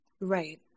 Right